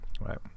Right